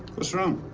what's wrong?